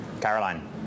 Caroline